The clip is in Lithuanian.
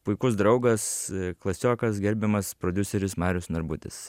puikus draugas klasiokas gerbiamas prodiuseris marius narbutis